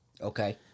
Okay